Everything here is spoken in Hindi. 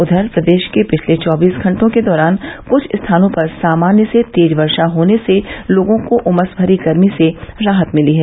उधर प्रदेष में पिछले चौबीस घंटो के दौरान कुछ स्थानों पर सामान्य से तेज वर्शा होने से लोगों को उमस भरी गर्मी से राहत मिली है